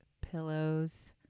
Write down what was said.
pillows